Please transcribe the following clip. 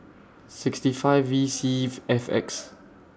sixty five V C F X